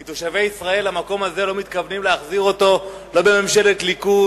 כי תושבי ישראל את המקום הזה לא מתכוונים להחזיר לא בממשלת ליכוד,